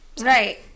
right